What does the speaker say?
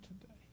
today